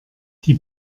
die